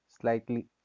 slightly